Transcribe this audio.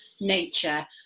nature